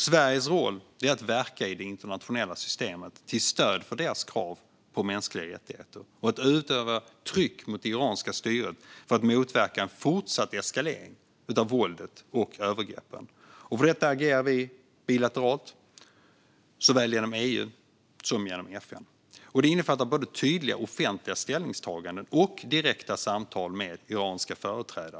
Sveriges roll är att verka i det internationella systemet till stöd för deras krav på mänskliga rättigheter och att utöva tryck mot det iranska styret för att motverka en fortsatt eskalering av våldet och övergreppen. För detta agerar vi bilateralt, såväl genom EU som genom FN, och det innefattar både tydliga offentliga ställningstaganden och direkta samtal med iranska företrädare.